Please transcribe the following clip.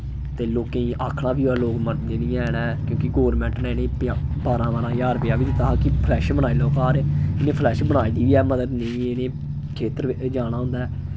ते लोकें गी आखना बी होऐ लोक मन्नदे नि हैन ऐ क्योंकि गोरमैंट ने इ'नें गी बारां बारां ज्हार रपेआ बी दित्ता हा कि फ्लैश बनाई लैओ घर इ'नें फ्लैश बनाई दी बी ऐ मगर नि इ'नें खेत्तर जाना होंदा ऐ